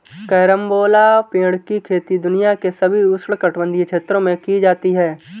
carambola पेड़ की खेती दुनिया के सभी उष्णकटिबंधीय क्षेत्रों में की जाती है